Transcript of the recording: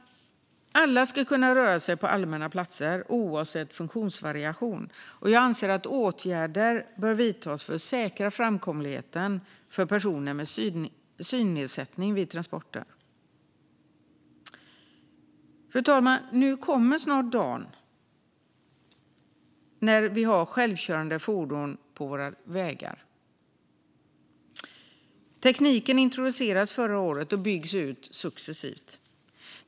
Alla ska kunna röra sig på allmänna platser, oavsett funktionsvariation. Jag anser att åtgärder bör vidtas för att säkra framkomligheten vid transporter för personer med synnedsättning. Fru talman! Nu kommer snart dagen när vi har självkörande fordon på våra vägar. Tekniken introducerades förra året och byggs ut successivt.